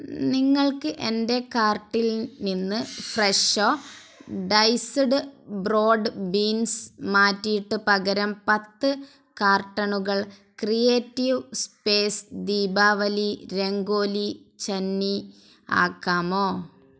നിങ്ങൾക്ക് എന്റെ കാർട്ടിൽ നിന്ന് ഫ്രെഷോ ഡൈസ്ഡ് ബ്രോഡ് ബീൻസ് മാറ്റിയിട്ട് പകരം പത്ത് കാർട്ടണുകൾ ക്രിയേറ്റീവ് സ്പേസ് ദീപാവലി രംഗോലി ചന്നി ആക്കാമോ